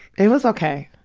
it was okay.